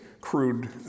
crude